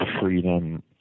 freedom